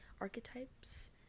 archetypes